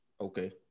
Okay